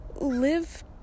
Live